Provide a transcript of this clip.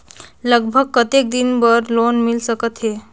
लगभग कतेक दिन बार लोन मिल सकत हे?